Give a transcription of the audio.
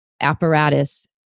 apparatus